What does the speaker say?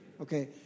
okay